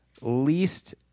least